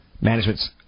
Management's